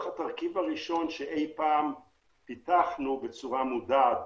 התרכיב הראשון שאי-פעם פיתחנו בצורה מודעת,